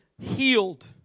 healed